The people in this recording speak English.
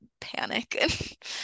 panic